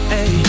Hey